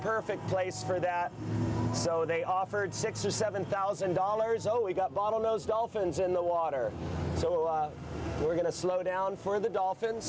perfect place for that so they offered six or seven thousand dollars oh we've got bottlenose dolphins in the water so we're going to slow down for the dolphins